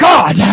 God